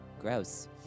Gross